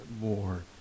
more